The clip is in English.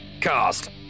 Cast